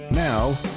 Now